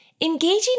Engaging